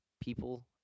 people